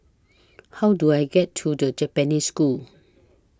How Do I get to The Japanese School